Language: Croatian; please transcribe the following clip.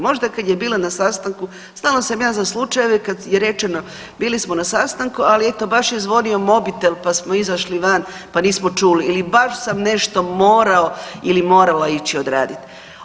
Možda kada je bila na sastanku, znala sam ja za slučajeve kada je rečeno bili smo na sastanku ali eto baš je zvonio mobitel pa smo izašli van, pa nismo čuli, ili baš sam nešto morao ili morala ići odradit.